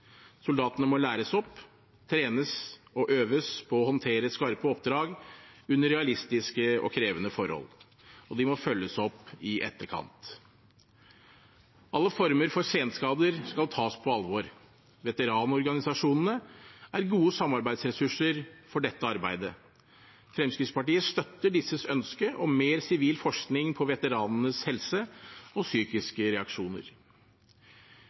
Soldatene må læres opp, trenes og øves på å håndtere skarpe oppdrag under realistiske og krevende forhold, og de må følges opp i etterkant. Alle former for senskader skal tas på alvor. Veteranorganisasjonene er gode samarbeidsressurser for dette arbeidet. Fremskrittspartiet støtter disses ønske om mer sivil forskning på veteranenes helse og psykiske reaksjoner.